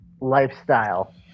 lifestyle